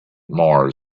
mars